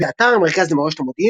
באתר המרכז למורשת המודיעין,